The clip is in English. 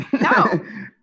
no